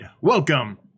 Welcome